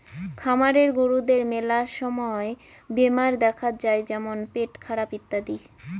খামারের গরুদের মেলা সময় বেমার দেখাত যাই যেমন পেটখারাপ ইত্যাদি